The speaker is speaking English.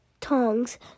tongs